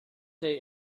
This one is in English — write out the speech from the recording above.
day